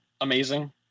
amazing